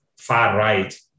far-right